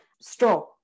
straw